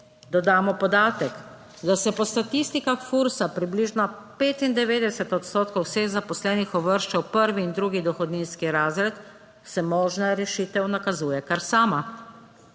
dodamo podatek, da se po statistikah FURS približno 95 odstotkov vseh zaposlenih uvršča v prvi in drugi dohodninski razred, se možna rešitev nakazuje kar sama.